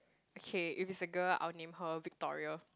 okay if it's a girl I'll name her Victoria